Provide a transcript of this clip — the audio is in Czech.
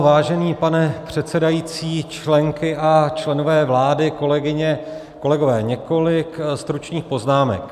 Vážený pane předsedající, členky a členové vlády, kolegyně, kolegové, několik stručných poznámek.